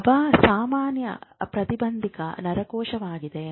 GABA ಸಾಮಾನ್ಯ ಪ್ರತಿಬಂಧಕ ನರಕೋಶವಾಗಿದೆ